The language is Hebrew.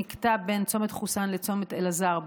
המקטע בין צומת חוסאן לצומת אלעזר,